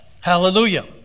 Hallelujah